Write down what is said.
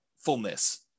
fullness